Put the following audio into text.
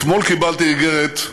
אתמול קיבלתי איגרת,